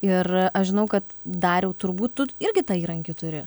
ir aš žinau kad dariau turbūt tu irgi tą įrankį turi